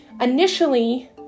initially